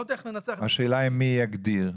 השאלה מ יגדיר.